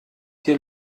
dir